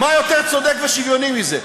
מה יותר צודק ושוויוני מזה?